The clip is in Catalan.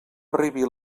arribi